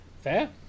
Fair